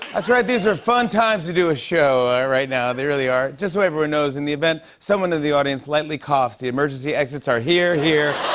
that's right, these are fun times to do a show right now. they really are. just so everyone knows, in the event someone in the audience lightly coughs, the emergency exits are here, here,